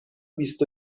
بیست